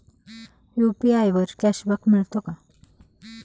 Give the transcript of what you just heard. UPI वर cashback मिळतो का?